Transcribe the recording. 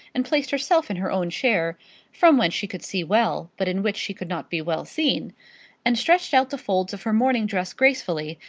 and placed herself in her own chair from whence she could see well, but in which she could not be well seen and stretched out the folds of her morning dress gracefully,